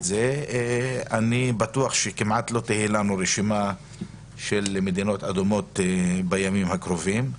אני בטוח שכמעט לא תהיה לנו רשימה של מדינות אדומות בימים הקרובים,